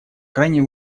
крайне